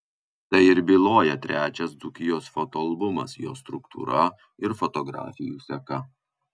tai ir byloja trečias dzūkijos fotoalbumas jo struktūra ir fotografijų seka